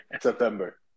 September